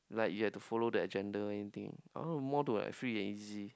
like you have to follow the agenda everything I want more to have free and easy